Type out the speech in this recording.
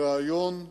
בריאיון ל"מעריב",